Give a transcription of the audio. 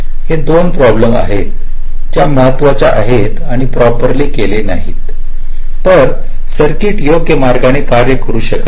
हे दोन प्रॉब्लेम आहेत ज्या महत्त्वाच्या आहेत आणि प्रोपली केले नाहीत तर सर्किटयोग्य मागािने कार्य करू शकत नाही